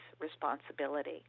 responsibility